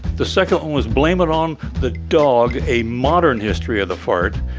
the second one was blame it on the dog, a modern history of the fart.